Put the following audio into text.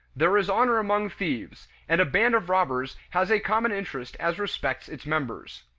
there is honor among thieves, and a band of robbers has a common interest as respects its members.